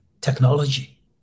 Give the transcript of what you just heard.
technology